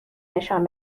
نشان